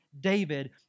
David